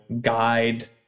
guide